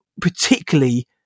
particularly